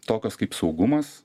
tokios kaip saugumas